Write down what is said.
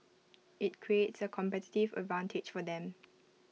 IT creates A competitive advantage for them